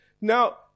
Now